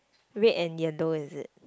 red and yellow is it